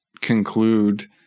conclude